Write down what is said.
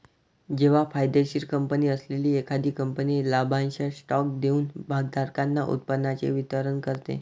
जेव्हा फायदेशीर कंपनी असलेली एखादी कंपनी लाभांश स्टॉक देऊन भागधारकांना उत्पन्नाचे वितरण करते